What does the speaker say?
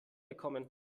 gekommen